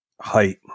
height